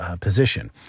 position